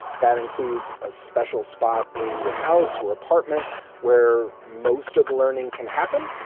that includes a special spot in your house or apartment where most of the learning can happen,